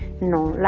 know, like